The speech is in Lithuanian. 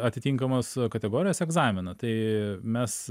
atitinkamos kategorijos egzaminą tai mes